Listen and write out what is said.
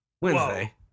Wednesday